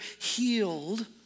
healed